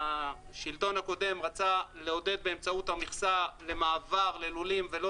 השלטון הקודם רצה לעודד באמצעות המכסה למעבר ללולים ולא